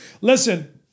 Listen